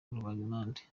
rubagimpande